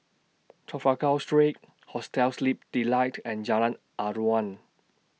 Trafalgar Street Hostel Sleep Delight and Jalan Aruan